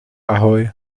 ahoj